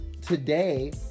today